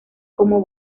como